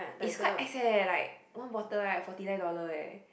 it's quite ex eh like one bottle right forty nine dollar eh